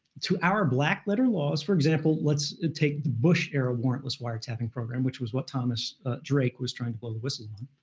to our black letter laws for example, let's take the bush era warrantless wiretapping program, which was what thomas drake was trying to blow the whistle on